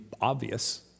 obvious